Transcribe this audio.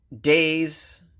days